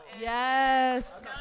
Yes